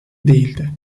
değildi